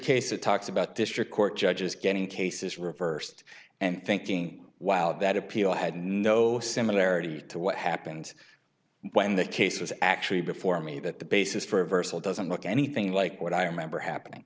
case that talks about district court judges getting cases reversed and thinking wow that appeal had no similarity to what happened when that case was actually before me that the basis for reversal doesn't look anything like what i remember happening